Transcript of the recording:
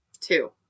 two